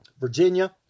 Virginia